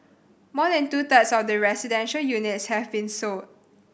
more than two thirds of the residential units have been sold